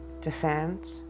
defend